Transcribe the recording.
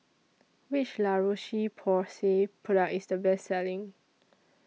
Which La Roche Porsay Product IS The Best Selling